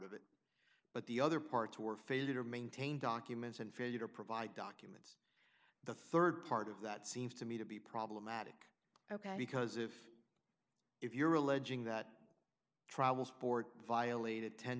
of it but the other parts were failure to maintain documents and failure to provide documents the rd part of that seems to me to be problematic ok because if if you're alleging that travel sport violated